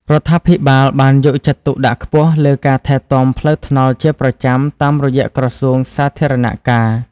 រដ្ឋាភិបាលបានយកចិត្តទុកដាក់ខ្ពស់លើការថែទាំផ្លូវថ្នល់ជាប្រចាំតាមរយៈក្រសួងសាធារណការ។